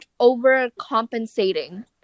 overcompensating